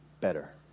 better